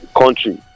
country